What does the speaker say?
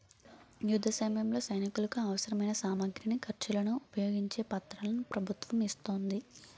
యుద్ధసమయంలో సైనికులకు అవసరమైన సామగ్రిని, ఖర్చులను ఉపయోగించే పత్రాలను ప్రభుత్వం ఇస్తోంది